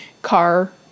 Car